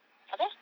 apa